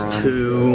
two